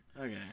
Okay